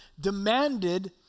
demanded